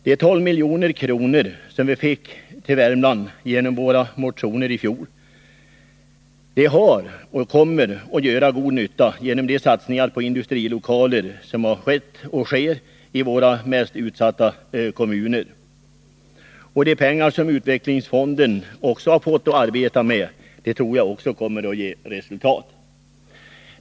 De 12 milj.kr. som vi fick till Värmland som följd av våra motioner i fjol har gjort och kommer att göra god nytta genom de satsningar på industrilokaler som har skett och sker i våra mest utsatta kommuner. De pengar som utvecklingsfonden har fått att arbeta med tror jag också kommer att ge resultat.